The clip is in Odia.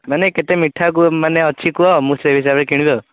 ମାନେ କେତେ ମିଠା ମାନେ ଅଛି କୁହ ମୁଁ ସେଇ ହିସାବରେ କିଣିବି ଆଉ